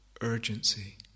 Urgency